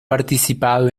participado